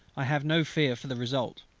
i have no fear for the result.